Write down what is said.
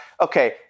okay